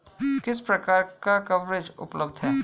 किस प्रकार का कवरेज उपलब्ध है?